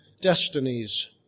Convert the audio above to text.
destinies